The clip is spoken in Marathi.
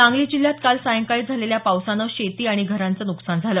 सांगली जिल्ह्यात काल सायंकाळी झालेल्या पावसानं शेती आणि घरांचं नुकसान झालं